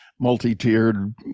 multi-tiered